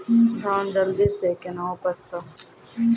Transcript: धान जल्दी से के ना उपज तो?